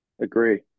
Agree